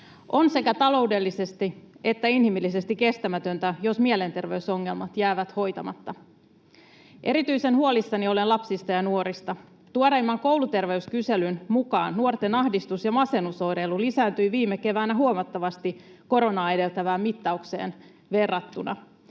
On sekä taloudellisesti että inhimillisesti kestämätöntä, jos mielenterveysongelmat jäävät hoitamatta. Erityisen huolissani olen lapsista ja nuorista. Tuoreimman kouluterveyskyselyn mukaan nuorten ahdistus- ja masennusoireilu lisääntyi viime keväänä huomattavasti koronaa edeltävään mittaukseen verrattuna.